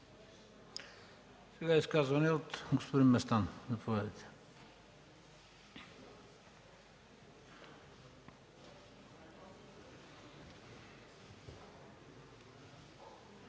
Изказване от господин Местан.